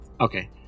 Okay